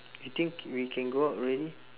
you think we can go out already